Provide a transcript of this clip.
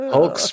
Hulk